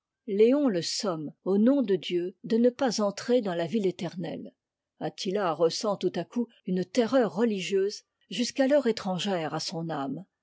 le somme au nom de dieu de ne pas entrer dans la ville éternelle attila ressent tout à coup une terreur religieuse jusqu'alors étrangère à son âme